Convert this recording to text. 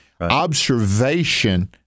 observation